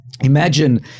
Imagine